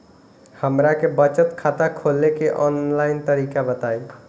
हमरा के बचत खाता खोले के आन लाइन तरीका बताईं?